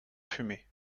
fumée